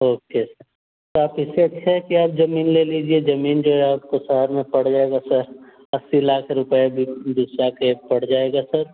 okay sir तो आप इससे अच्छा है कि आप ज़मीन ले लीजिए ज़मीन जो है आपको शहर में पड़ जाएगा सर अस्सी लाख रुपये बिस्सा के पड़ जाएगा सर